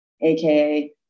aka